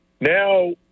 Now